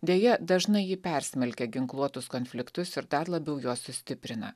deja dažnai ji persmelkia ginkluotus konfliktus ir dar labiau juos sustiprina